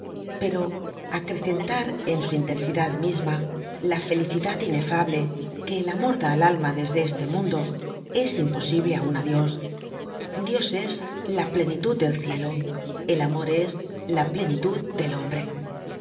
pero acrecentar en su intensidad misma la felicidad inefable que el amor da al alma desde este mundo es imposible aun á dios dios es la plenitud del cielo el amor es la plenitud del hombre